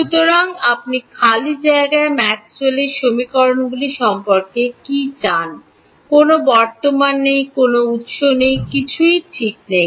সুতরাং আপনি খালি জায়গায় ম্যাক্সওয়েলের সমীকরণগুলি সম্পর্কে কী চান কোনও বর্তমান নেই কোনও উত্স নেই কিছুই ঠিক নেই